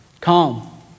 calm